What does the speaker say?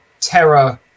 terror